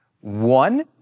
One